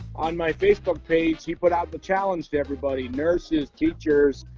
on my facebook page he put out the challenge to everybody, nurses, teachers,